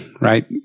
right